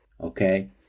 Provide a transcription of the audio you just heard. okay